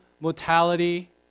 Mortality